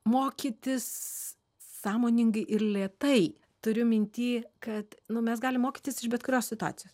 mokytis sąmoningai ir lėtai turiu minty kad nu mes galim mokytis iš bet kurios situacijos